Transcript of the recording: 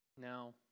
Now